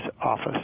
office